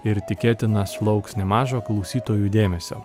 ir tikėtina sulauks nemažo klausytojų dėmesio